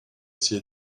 essayé